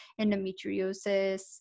endometriosis